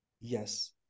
Yes